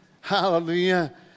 Hallelujah